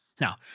Now